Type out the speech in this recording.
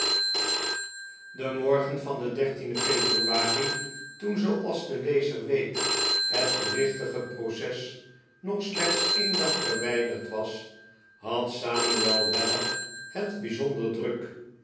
den morgen van den dertienden februari toen zooals de lezer weet het gewichtige proces nog slechts een dag verwijderd was had samuel weller het bijzonder druk